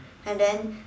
and then